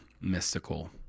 mystical